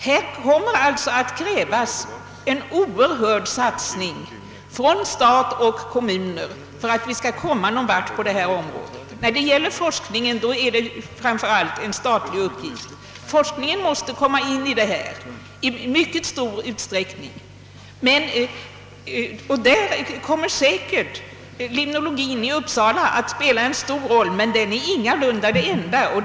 : Det kommer att krävas en oerhörd satsning från stat och kommuner för att vi skall komma någon vart på vattenvårdens område. Forskningen, som framför allt är en statlig uppgift, måste här i stor utsträckning in i bilden. Och då kommer säkerligen limnologien i Uppsala att spela en stor roll, men den är ingalunda ensam därom.